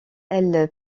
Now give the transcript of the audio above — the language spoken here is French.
elle